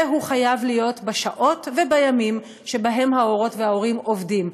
והוא חייב להיות בשעות ובימים שבהם ההורות וההורים עובדים,